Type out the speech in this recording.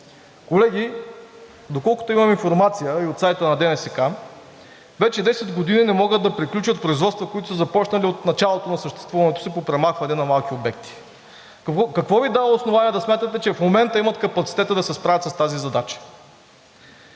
Колеги, доколкото имам информация и от сайта на ДНСК, вече 10 години не могат да приключат производства, които са започнали от началото на съществуването си по премахване на малки обекти. Какво Ви дава основание да смятате, че в момента имат капацитета да се справят с тази задача,